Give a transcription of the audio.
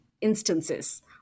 instances